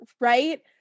right